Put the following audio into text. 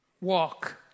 walk